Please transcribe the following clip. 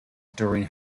during